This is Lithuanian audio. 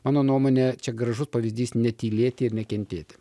mano nuomone čia gražus pavyzdys netylėti ir nekentėti